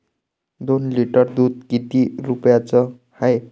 दोन लिटर दुध किती रुप्याचं हाये?